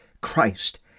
Christ